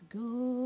go